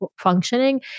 functioning